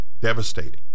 devastating